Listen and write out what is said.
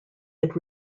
had